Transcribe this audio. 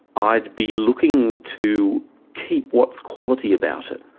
i'd be looking to keep what's quality about it.